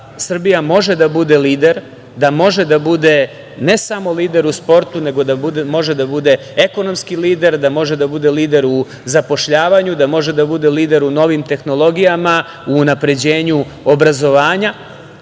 Srbija može da bude lider, da može da bude ne samo lider u sportu, nego da može da bude ekonomski lider, da može da bude lider u zapošljavanju, da može da bude lider u novim tehnologijama, u unapređenju obrazovanja